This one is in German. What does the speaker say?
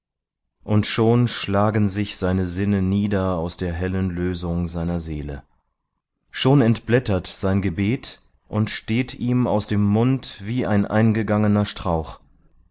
und schon schlagen sich seine sinne nieder aus der hellen lösung seiner seele schon entblättert sein gebet und steht ihm aus dem mund wie ein eingegangener strauch